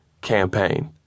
campaign